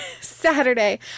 Saturday